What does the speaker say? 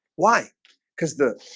why because the